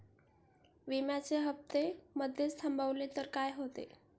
विम्याचे हफ्ते मधेच थांबवले तर काय होते?